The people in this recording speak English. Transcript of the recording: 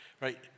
right